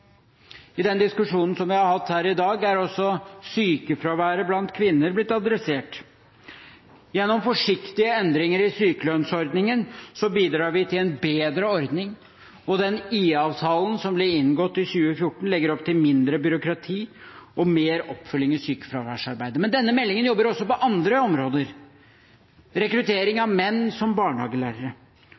I den diskusjonen vi har hatt her i dag, er også sykefraværet blant kvinner blitt adressert. Gjennom forsiktige endringer i sykelønnsordningen bidrar vi til en bedre ordning, og IA-avtalen som ble inngått i 2014, legger opp til mindre byråkrati og mer oppfølging i sykefraværsarbeidet. Men denne meldingen jobber også på andre områder – rekruttering av menn som barnehagelærere,